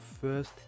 first